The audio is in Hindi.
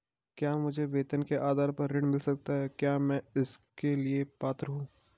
क्या मुझे वेतन के आधार पर ऋण मिल सकता है क्या मैं इसके लिए पात्र हूँ?